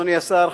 אדוני השר,